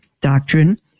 doctrine